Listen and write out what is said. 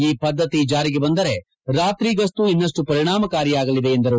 ಈ ಪದ್ಧತಿ ಜಾರಿಗೆ ಬಂದರೆ ರಾತ್ರಿಯ ಗಸ್ತು ಇನ್ನಷ್ಟು ಪರಿಣಾಮಕಾರಿಯಾಗಲಿದೆ ಎಂದರು